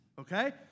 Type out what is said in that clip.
Okay